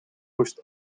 moest